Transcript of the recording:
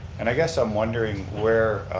and i guess i'm wondering where